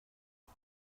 jag